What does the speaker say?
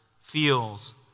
feels